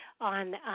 on